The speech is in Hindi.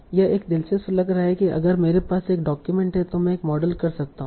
अब यह दिलचस्प लग रहा है अगर मेरे पास एक डॉक्यूमेंट है तों मैं मॉडल कर सकता हूं